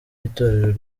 itorero